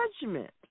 judgment